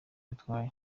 bitwaye